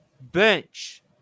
bench